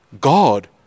God